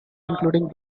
including